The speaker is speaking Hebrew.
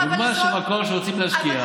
דוגמה של מקום שרוצים להשקיע,